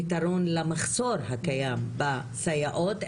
פתרון למחסור הקיים בסייעות,